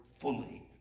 fully